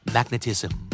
Magnetism